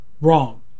wrong